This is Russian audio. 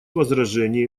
возражений